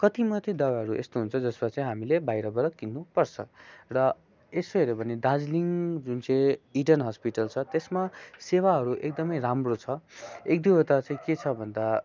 कति मात्रै दबाईहरू यस्तो हुन्छ जसमा चाहिँ हामीले बाहिरबाट किन्नुपर्छ र यसो हेऱ्यो भने दार्जिलिङ जुन चाहिँ इडन हस्पिटल छ त्यसमा सेवाहरू एकदमै राम्रो छ एक दुईवटा चाहिँ के छ भन्दा